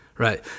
Right